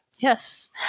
Yes